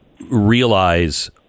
realize